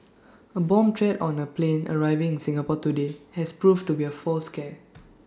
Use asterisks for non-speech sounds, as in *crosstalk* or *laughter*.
A bomb threat on A plane arriving in Singapore today *noise* has proved to be A false scare *noise*